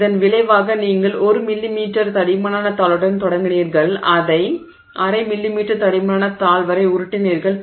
இதன் விளைவாக நீங்கள் 1 மில்லிமீட்டர் தடிமனான தாளுடன் தொடங்கினீர்கள் அதை அரை மில்லிமீட்டர் தடிமனான தாள் வரை உருட்டினீர்கள்